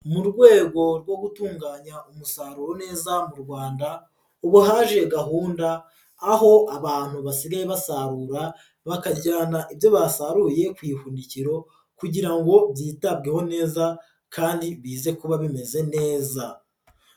Mu rwego rwo gutunganya umusaruro neza mu Rwanda, ubu haje gahunda aho abantu basigaye basarura bakajyana ibyo basaruye ku ihunikiro kugira ngo byitabweho neza kandi bize kuba bimeze neza.